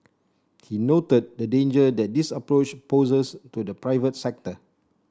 he noted the danger that this approach poses to the private sector